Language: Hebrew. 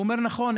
הוא אומר: נכון,